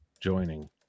joining